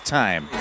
time